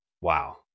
Wow